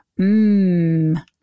Mmm